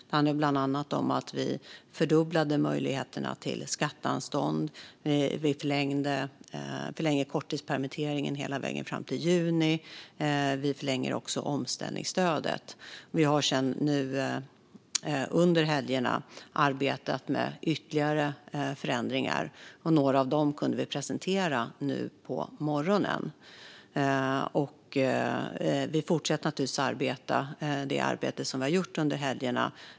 Det handlade bland annat om att vi fördubblade möjligheterna till skatteanstånd, att vi förlängde korttidspermitteringen ända fram till juni och att vi förlängde omställningsstödet. Nu under helgerna har vi arbetat med ytterligare förändringar, och några av dem kunde vi presentera nu på morgonen. Vi fortsätter naturligtvis med det arbete som vi har gjort under helgerna.